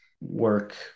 work